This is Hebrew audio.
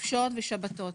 בחופשות ושבתות.